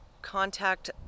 contact